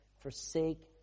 forsake